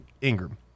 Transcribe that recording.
Ingram